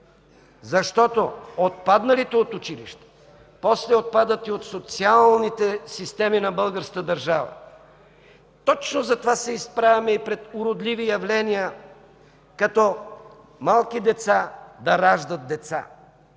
защото отпадналите от училище после отпадат и от социалните системи на българската държава. Точно затова се изправяме и пред уродливи явления като малки деца да раждат деца.